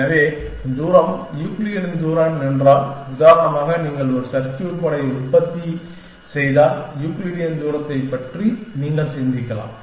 எனவே தூரம் யூக்ளிடியன் தூரம் என்றால் உதாரணமாக நீங்கள் ஒரு சர்க்யூட் போர்டை உற்பத்தி செய்தால் யூக்ளிடியன் தூரத்தின் தூரத்தைப் பற்றி நீங்கள் சிந்திக்கலாம்